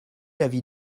l’avis